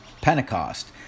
Pentecost